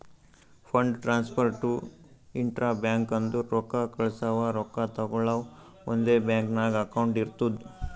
fund transfer to intra bank ಅಂದುರ್ ರೊಕ್ಕಾ ಕಳ್ಸವಾ ರೊಕ್ಕಾ ತಗೊಳವ್ ಒಂದೇ ಬ್ಯಾಂಕ್ ನಾಗ್ ಅಕೌಂಟ್ ಇರ್ತುದ್